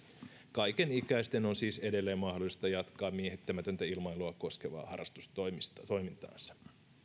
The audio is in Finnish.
kaiken ikäisten on siis edelleen mahdollista jatkaa miehittämätöntä ilmailua koskevaa harrastustoimintaansa